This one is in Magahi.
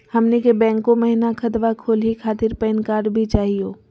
हमनी के बैंको महिना खतवा खोलही खातीर पैन कार्ड भी चाहियो?